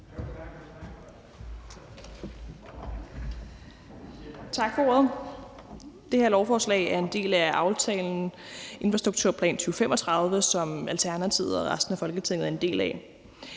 Tak for ordet. Det her lovforslag er en del af »Aftale om Infrastrukturplan 2035«, som Alternativet og resten af Folketinget er en del af.